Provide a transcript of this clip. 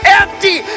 empty